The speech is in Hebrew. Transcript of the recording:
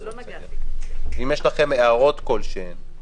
אם יש לכם הערות כלשהן,